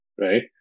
right